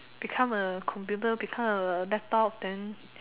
become a computer become a laptop then